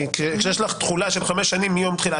כי כשיש לך תחולה של חמש שנים מיום תחילה.